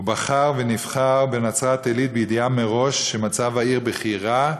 הוא בחר ונבחר בנצרת-עילית בידיעה מראש שמצב העיר בכי רע,